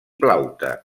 plaute